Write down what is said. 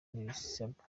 n’ibisabwa